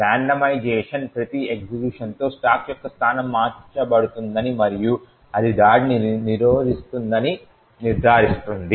randomization ప్రతి execution తో stack యొక్క స్థానం మార్చబడుతుందని మరియు ఇది దాడిని నిరోధిస్తుంది అని నిర్ధారిస్తుంది